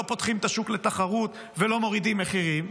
פותחים את השוק לתחרות ולא מורידים מחירים,